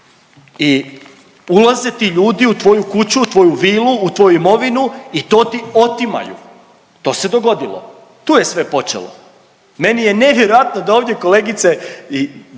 i ulaze ti ljudi u tvoju kuću, u tvoju vilu, u tvoju imovinu i to ti otimaju. To se dogodilo, tu je sve počelo. Meni je nevjerojatno da ovdje kolegice